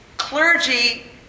Clergy